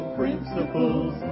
principles